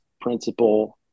Principle